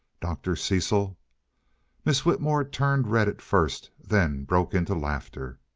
dr. cecil miss whitmore turned red at first, then broke into laughter.